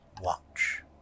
watch